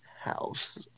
house